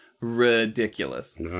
Ridiculous